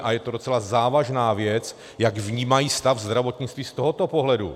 A je to docela závažná věc, jak vnímají stav zdravotnictví z tohoto pohledu.